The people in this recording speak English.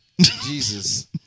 Jesus